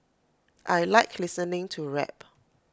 I Like listening to rap